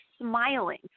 smiling